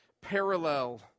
parallel